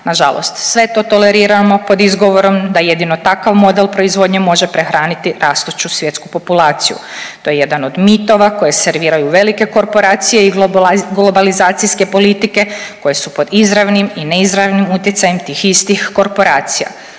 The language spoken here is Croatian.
Nažalost sve to toleriramo pod izgovorom da jedino takav model proizvodnje može prehraniti rastuću svjetsku populaciju. To je jedan od mitova koje serviraju velike korporacije i globalizacijske politike, koje su pod izravnim i neizravnim utjecajem tih istih korporacija.